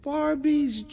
Barbie's